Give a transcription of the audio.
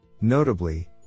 Notably